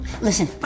Listen